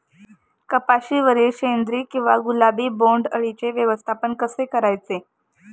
कपाशिवरील शेंदरी किंवा गुलाबी बोंडअळीचे व्यवस्थापन कसे करायचे?